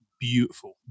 beautiful